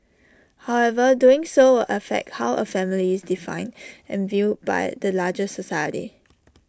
however doing so will affect how A family is defined and viewed by the larger society